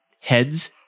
Heads